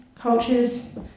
cultures